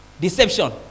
Deception